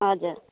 हजुर